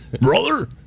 Brother